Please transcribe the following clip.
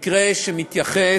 מקרה של אנשים,